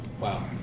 Wow